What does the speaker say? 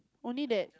only that